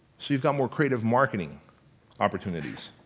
so you've got more creative marketing opportunities.